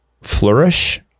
flourish